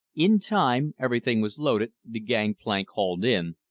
in time everything was loaded, the gang-plank hauled in,